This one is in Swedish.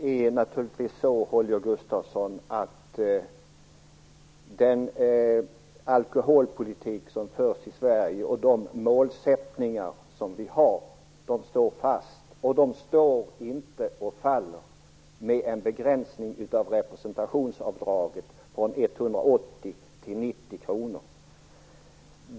Fru talman! Den alkoholpolitik som förs i Sverige och de målsättningar vi har står fast och står inte och faller med en begränsning av representationsavdraget från 180 kr till 90 kr.